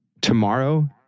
tomorrow